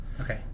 okay